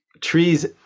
trees